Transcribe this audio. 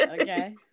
Okay